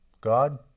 God